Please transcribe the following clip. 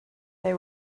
they